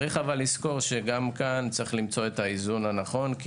יש לזכור שגם כאן יש למצוא את האיזון הנכון כי